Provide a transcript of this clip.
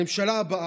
הממשלה הבאה,